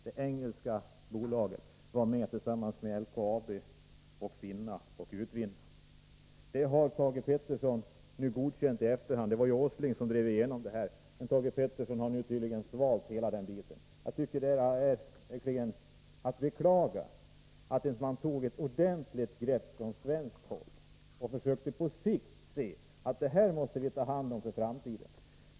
Det engelska BP skall tillsammans med LKAB vara med och prospektera och utvinna de enorma mängder mineral som finns i Bergslagen. Det var ju Nils Åsling som drev igenom detta, men Thage Peterson har godkänt det i efterhand. Jag tycker det är att beklaga att man inte tog ett ordentligt grepp om frågan, så att svenska företag på sikt kunde ta hand om den här verksamheten.